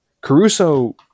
Caruso